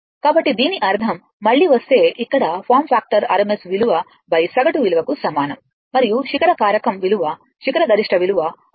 కాబట్టి దీని అర్థం మళ్ళీ వస్తే ఇక్కడ ఫామ్ ఫ్యాక్టర్ RMS విలువ సగటు విలువకు సమానం మరియు శిఖర కారకం విలువ గరిష్ట విలువ RMS విలువకు సమానం